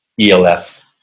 ELF